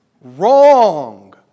Wrong